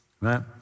right